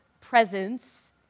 presence